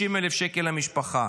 60,000 שקל למשפחה.